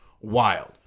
wild